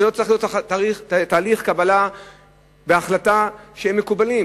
אלה לא צריכים להיות תהליכי קבלה והחלטה מקובלים.